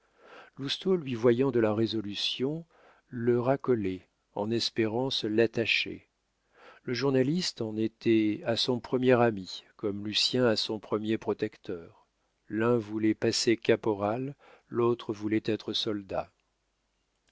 lousteau lui voyant de la résolution le racolait en espérant se l'attacher le journaliste en était à son premier ami comme lucien à son premier protecteur l'un voulait passer caporal l'autre voulait être soldat